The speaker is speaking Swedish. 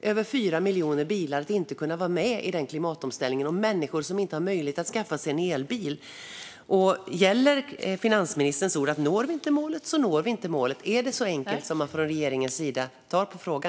över 4 miljoner bilar att inte kunna vara med i den klimatomställningen genom att människor inte har möjlighet att skaffa sig en elbil. Gäller finansministerns ord att når vi inte målet, så når vi inte målet? Är det så enkelt man från regeringens sida tar på frågan?